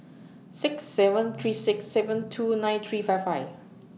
six seven three six seven two nine three five five